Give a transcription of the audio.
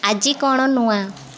ଆଜି କ'ଣ ନୂଆ